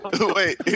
wait